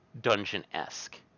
dungeon-esque